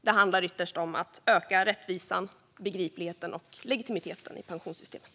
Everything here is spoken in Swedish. Det handlar ytterst om att öka rättvisan, begripligheten och legitimiteten i pensionssystemet.